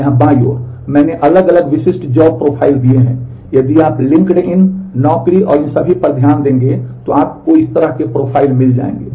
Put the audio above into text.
यहाँ बाईं ओर मैंने अलग अलग विशिष्ट जॉब प्रोफाइल दिए हैं यदि आप लिंक्डइन नौकरी और इन सभी पर ध्यान देंगे तो आपको इस तरह के प्रोफाइल मिल जाएंगे